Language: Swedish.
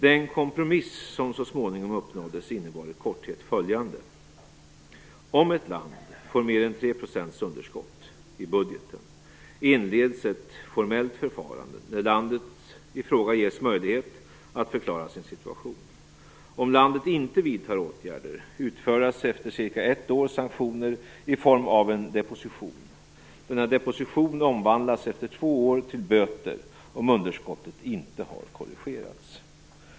Den kompromiss som så småningom uppnåddes innebär i korthet följande: Om ett land får mer än 3 % underskott i budgeten inleds ett formellt förfarande, där landet i fråga ges möjlighet att förklara sin situation. Om landet inte vidtar åtgärder utfärdas efter ca ett år sanktioner i form av en deposition. Denna deposition omvandlas efter två år till böter, om underskottet inte har korrigerats.